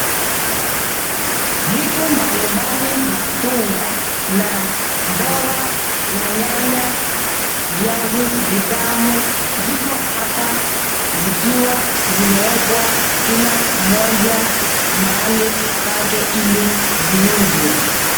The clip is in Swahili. Vitu mbalimbali, matunda na mboga na nyanya, viazi vitamu, ziko hapa zikiwa zimewekwa kila moja mahali pake ili viuzwe.